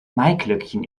maiglöckchen